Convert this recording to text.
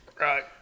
Right